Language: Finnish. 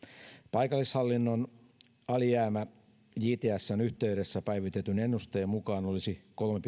paikallishallinnon alijäämä jtsn yhteydessä päivitetyn ennusteen mukaan olisi kolme